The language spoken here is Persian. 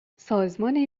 سازمان